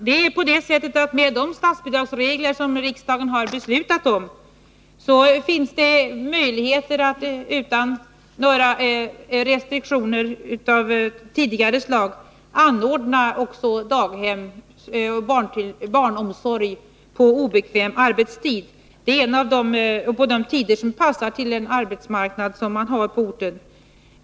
Herr talman! Med de statsbidragsregler som riksdagen har beslutat om finns det möjligheter att utan några restriktioner av tidigare slag anordna också barnomsorg på obekväm arbetstid, nämligen på tider som passar den arbetsmarknad som finns på orten.